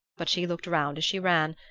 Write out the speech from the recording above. but she looked round as she ran,